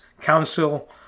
Council